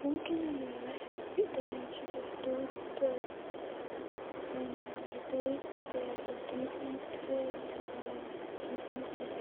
ممكن الواحد يمشي في حدود بدايه 300 متر-ل-خمسوميه متر